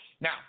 Now